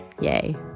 Yay